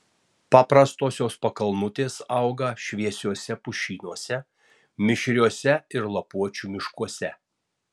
paprastosios pakalnutės auga šviesiuose pušynuose mišriuose ir lapuočių miškuose